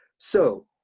so